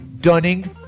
Dunning